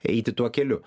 eiti tuo keliu